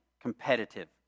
competitive